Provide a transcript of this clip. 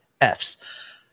f's